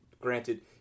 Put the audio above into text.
granted